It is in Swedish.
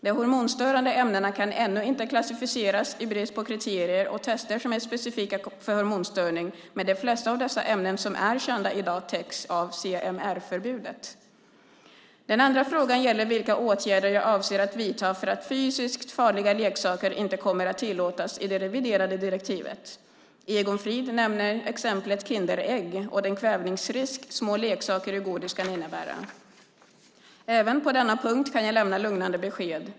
De hormonstörande ämnena kan ännu inte klassificeras i brist på kriterier och tester som är specifika för hormonstörning, men de flesta av dessa ämnen som är kända i dag täcks av CMR-förbudet. Den andra frågan gäller vilka åtgärder jag avser att vidta för att fysiskt farliga leksaker inte kommer att tillåtas i det reviderade direktivet. Egon Frid nämner exemplet Kinderägg och den kvävningsrisk små leksaker i godis kan innebära. Även på denna punkt kan jag lämna lugnande besked.